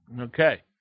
Okay